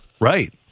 Right